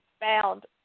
found